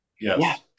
Yes